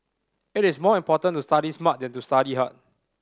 it is more important to study smart than to study hard